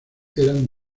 eran